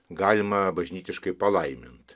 galima bažnytiškai palaiminti